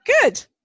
Good